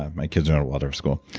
ah my kids are in a waldorf school.